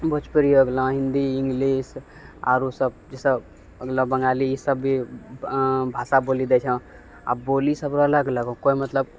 भोजपुरी भऽ गेलौँ हिन्दी इङ्गलिश आरोसभ इसभ मतलब बङ्गाली ईसभ भी भाषा बोलि लै छौँ आ बोलीसभ अलग अलग कोइ मतलब